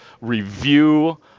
review